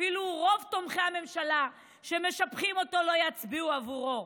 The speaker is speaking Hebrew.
אפילו רוב תומכי הממשלה שמשבחים אותו לא יצביעו עבורו.